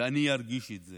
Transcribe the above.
ואני ארגיש את זה